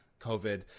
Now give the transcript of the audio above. covid